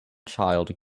child